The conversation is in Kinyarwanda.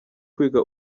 kwiga